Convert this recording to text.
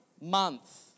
month